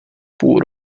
půl